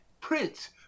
prince